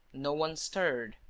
no one stirred.